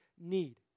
need